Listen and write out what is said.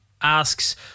asks